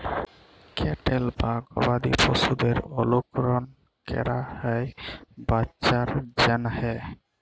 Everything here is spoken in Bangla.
ক্যাটেল বা গবাদি পশুদের অলুকরল ক্যরা হ্যয় বাচ্চার জ্যনহে